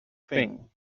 thing